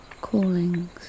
callings